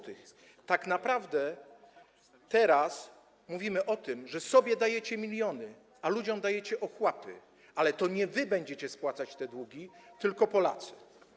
Tak naprawdę teraz mówimy o tym, że sobie dajecie miliony, a ludziom dajecie ochłapy, ale to nie wy będziecie spłacać te długi, tylko Polacy.